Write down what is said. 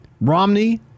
Romney